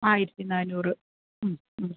ആയിരത്തി നാനൂറ് ഉം ഉം